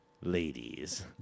ladies